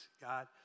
God